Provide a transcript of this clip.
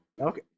Okay